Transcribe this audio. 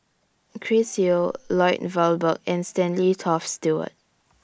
Chris Yeo Lloyd Valberg and Stanley Toft Stewart